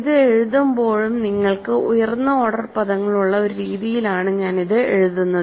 ഇത് എഴുതുമ്പോഴും നിങ്ങൾക്ക് ഉയർന്ന ഓർഡർ പദങ്ങളുള്ള ഒരു രീതിയിലാണ് ഞാൻ ഇത് എഴുതുന്നത്